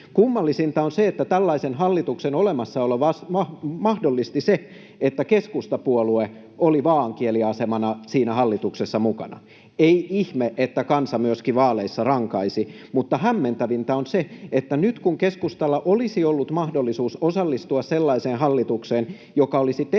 Kummallisinta on se, että tällaisen hallituksen olemassaolon mahdollisti se, että keskustapuolue oli vaa’ankieliasemassa siinä hallituksessa mukana. Ei ihme, että kansa myöskin vaaleissa rankaisi, mutta hämmentävintä on se, että nyt kun keskustalla olisi ollut mahdollisuus osallistua sellaiseen hallitukseen, joka olisi tehnyt